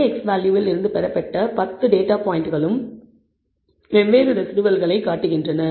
ஒரே x வேல்யூவில் இருந்து பெறப்பட்ட 10 டேட்டா பாயிண்ட்களும் வெவ்வேறு ரெஸிடுவல்களை காட்டுகின்றன